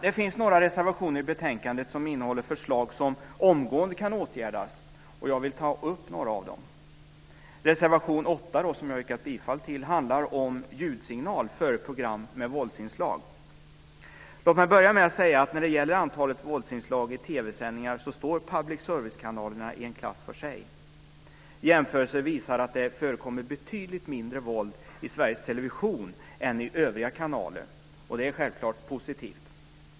Det finns några reservationer i betänkandet som innehåller förslag som omgående kan åtgärdas, och jag vill ta upp några av dem. Reservation 8, som jag har yrkat bifall till, handlar om ljudsignal före program med våldsinslag. Låt mig börja med att säga att när det gäller antalet våldsinslag i TV-sändningar står public service-kanalerna i en klass för sig. Jämförelser visar att det förekommer betydligt mindre våld i Sveriges Television än i övriga kanaler. Det är självklart positivt.